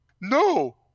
No